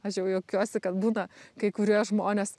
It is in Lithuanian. aš jau juokiuosi kad būna kai kurie žmonės